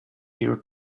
your